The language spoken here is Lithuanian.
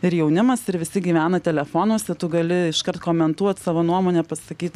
ir jaunimas ir visi gyvena telefonuose tu gali iškart komentuot savo nuomonę pasakyt